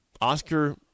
Oscar